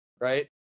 right